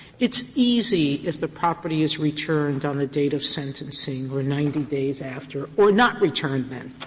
it's easy if the property is returned on the date of sentencing or ninety days after, or not returned then.